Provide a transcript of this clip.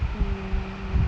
mm